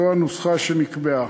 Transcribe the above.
זו הנוסחה שנקבעה.